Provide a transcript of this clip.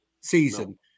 season